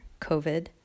COVID